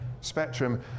spectrum